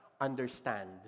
understand